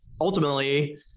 ultimately